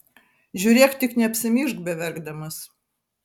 žiūrėk tik neapsimyžk beverkdamas